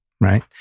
right